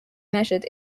measured